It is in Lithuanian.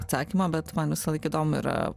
atsakymo bet man visąlaik įdomu yra